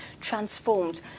transformed